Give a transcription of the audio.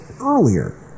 earlier